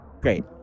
Great